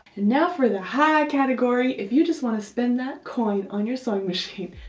now for the high category if you just want to spend that coin on your sewing machine